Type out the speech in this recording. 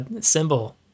symbol